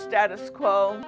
status quo